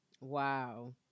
Wow